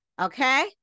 okay